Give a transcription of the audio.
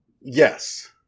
Yes